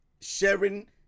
sharing